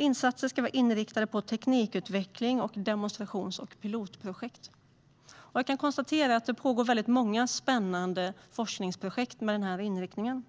Insatserna ska vara inriktade på teknikutveckling och demonstrations och pilotprojekt, och jag kan konstatera att det pågår många spännande forskningsprojekt med denna inriktning.